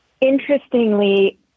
Interestingly